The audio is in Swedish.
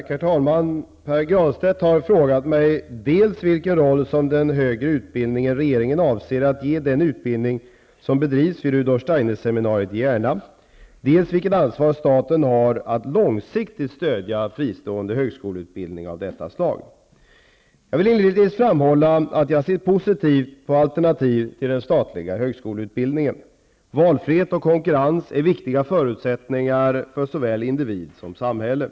Herr talman! Pär Granstedt har frågat mig dels vilken roll inom den högre utbildningen regeringen avser ge den utbildning som bedrivs vid Rudolf Steiner-seminariet i Järna, dels vilket ansvar staten har när det gäller att långsiktigt stödja fristående högskoleutbildning av detta slag. Jag vill inledningsvis framhålla att jag ser positivt på alternativ till den statliga högskoleutbildningen. Valfrihet och konkurrens är viktiga förutsättningar för såväl individ som samhälle.